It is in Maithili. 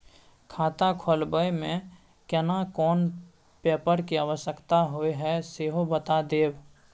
खाता खोलैबय में केना कोन पेपर के आवश्यकता होए हैं सेहो बता देब?